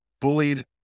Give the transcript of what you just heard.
bullied